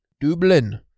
dublin